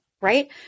right